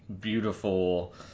beautiful